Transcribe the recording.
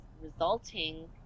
resulting